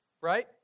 Right